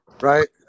right